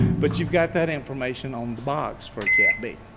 but you've got that information on the box for cat b.